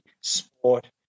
sport